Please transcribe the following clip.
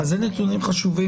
אלה נתונים חשובים.